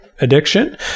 addiction